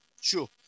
sure